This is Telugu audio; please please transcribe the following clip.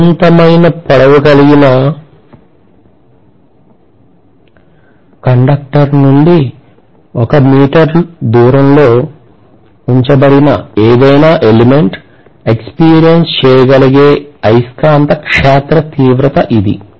అనంతమైన పొడవు కలిగిన కండక్టర్ నుండి 1 మీటర్ దూరంలో ఉంచబడిన ఏదైనా ఎలిమెంట్ ఎక్సపీరియన్స్ చేయగలిగే అయస్కాంత క్షేత్ర తీవ్రత ఇది